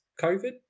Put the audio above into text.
COVID